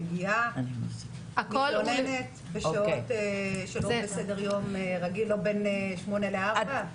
מגיעה מתלוננת בשעות שלא בסדר יום רגיל שבין שמונה לארבע?